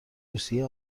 روسیه